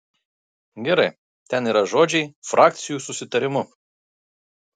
gerai ten yra žodžiai frakcijų susitarimu